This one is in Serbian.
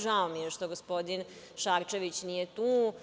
Žao mi je što gospodin Šarčević nije tu.